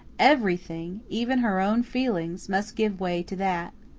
everything, even her own feelings, must give way to that.